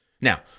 Now